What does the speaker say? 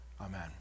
Amen